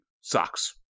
socks